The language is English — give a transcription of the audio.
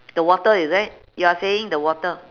the water is it you're saying the water